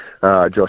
Josh